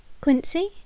Quincy